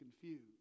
confused